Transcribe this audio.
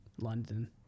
London